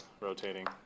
Rotating